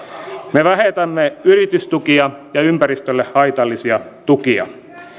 me vähennämme yritystukia ja ympäristölle haitallisia tukia